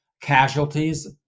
casualties